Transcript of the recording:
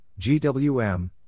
GWM